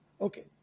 Okay